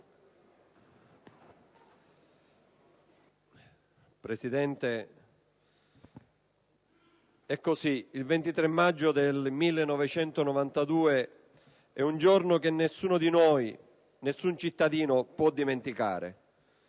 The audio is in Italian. Presidente, è così: il 23 maggio del 1992 è un giorno che nessuno di noi, nessun cittadino, può dimenticare.